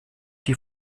die